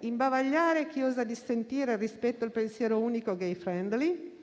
imbavagliare chi osa dissentire rispetto al pensiero unico *gay friendly*;